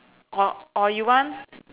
or or you want